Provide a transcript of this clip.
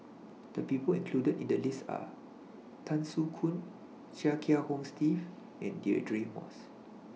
The People included in The list Are Tan Soo Khoon Chia Kiah Hong Steve and Deirdre Moss